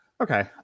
Okay